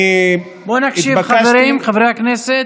אני, בואו נקשיב, חברים, חברי הכנסת.